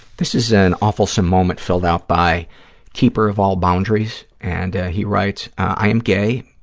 this is an awfulsome moment filled out by keeper of all boundaries, and he writes, i am gay.